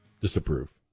Disapprove